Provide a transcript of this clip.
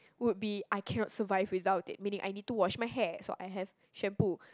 would be I cannot survive without it meaning I need to wash my hair so I have shampoo